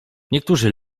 niektórzy